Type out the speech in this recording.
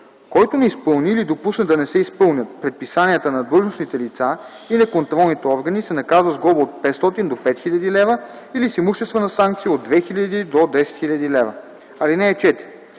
Който не изпълни или допусне да не се изпълнят предписанията на длъжностните лица и на контролните органи се наказва с глоба от 500 до 5000 лв. или с имуществена санкция от 2000 до 10 000 лв. (4) Който